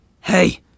Hey